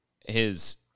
his-